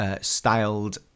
styled